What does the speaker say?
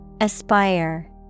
ASPIRE